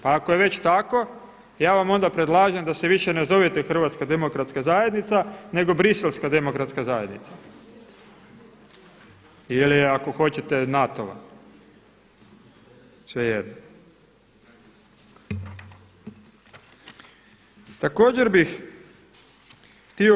Pa ako je već tako, ja vam onda predlažem da se više ne zovete HDZ nego biselska demokratska zajednica ili ako hoćete NATO-a, svejedno.